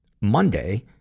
Monday